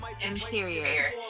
Interior